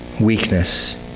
weakness